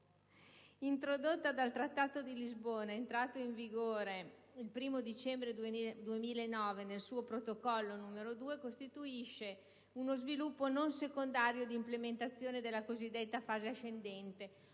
introdotta dal Trattato di Lisbona, entrato in vigore il 1° dicembre 2009, nel suo Protocollo n. 2, costituisce uno sviluppo non secondario di implementazione della cosiddetta fase ascendente,